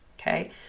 Okay